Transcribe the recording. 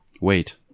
Wait